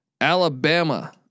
Alabama